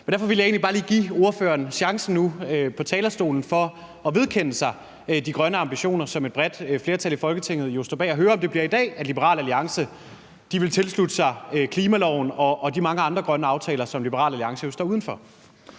Derfor vil jeg egentlig bare give ordføreren chancen nu på talerstolen for at vedkende sig de grønne ambitioner, som et bredt flertal i Folketinget jo står bag, og høre, om det bliver i dag, at Liberal Alliance vil tilslutte sig klimaloven og de mange andre grønne aftaler, som Liberal Alliance jo står uden for.